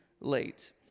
late